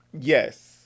Yes